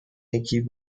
nicky